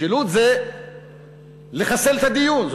משילות זה לחסל את הדיון,